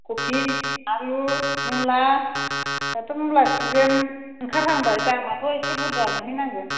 खफि आलु मुला दाथ' मुला सिजोन ओंखारहांबाय दामआथ' एसे बुरजा मोनहैनांगोन